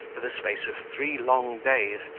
for the space of three long days,